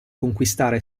conquistare